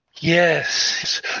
Yes